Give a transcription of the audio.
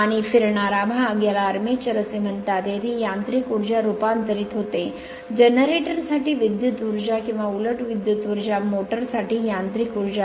आणि फिरणारा भाग याला आर्मेचर असे म्हणतात जेथे यांत्रिक ऊर्जा रूपांतरित होते जनरेटर साठी विद्युत ऊर्जा किंवा उलट विद्युत ऊर्जा मोटर साठी यांत्रिक ऊर्जा